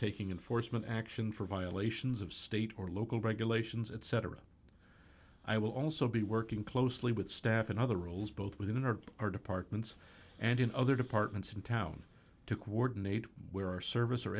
taking and foresman action for violations of state or local regulations etc i will also be working closely with staff and other rules both within our our departments and in other departments in town to coordinate where our service or